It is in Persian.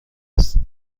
هستید